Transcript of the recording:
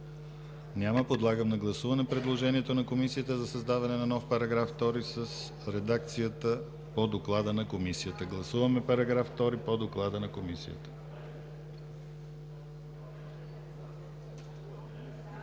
Няма. Подлагам на гласуване предложението на Комисията за създаване на нов § 2 с редакцията по доклада на Комисията. Гласуваме § 2 по доклада на Комисията.